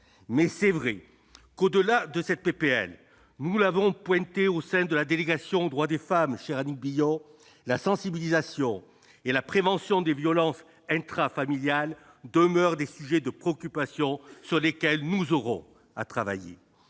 toutefois vrai que, au-delà de ce texte, comme nous l'avons relevé au sein de la délégation aux droits des femmes, chère Annick Billon, la sensibilisation et la prévention des violences intrafamiliales demeurent des sujets de préoccupation sur lesquels il nous faudra travailler.